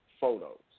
photos